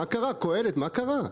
קהלת, מה קרה?